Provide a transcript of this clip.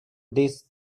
this